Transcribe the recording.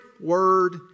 word